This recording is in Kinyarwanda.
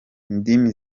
indimi